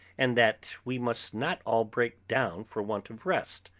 and that we must not all break down for want of rest,